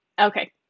Okay